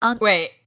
Wait